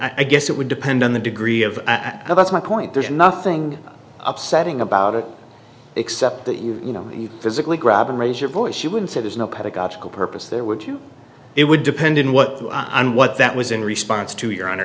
i guess it would depend on the degree of how that's my point there's nothing upsetting about it except that you know you physically grab and raise your voice she would say there's no pedagogical purpose there were to it would depend on what and what that was in response to your honor